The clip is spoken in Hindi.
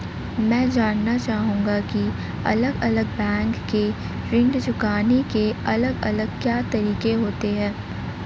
मैं जानना चाहूंगा की अलग अलग बैंक के ऋण चुकाने के अलग अलग क्या तरीके होते हैं?